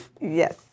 Yes